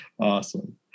Awesome